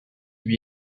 lui